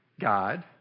God